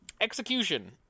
execution